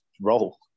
roll